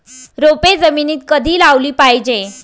रोपे जमिनीत कधी लावली पाहिजे?